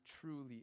truly